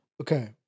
Okay